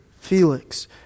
Felix